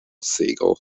siegel